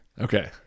Okay